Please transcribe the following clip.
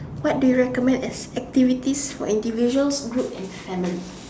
what do you recommend as activities for individuals groups and families